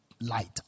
light